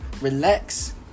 relax